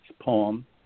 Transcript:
poem